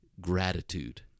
gratitude